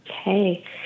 Okay